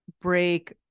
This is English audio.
break